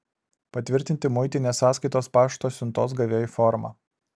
patvirtinti muitinės sąskaitos pašto siuntos gavėjui formą